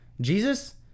jesus